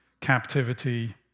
captivity